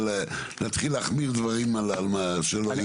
להתחיל להחמיל דברים על מה שלא היו קורים.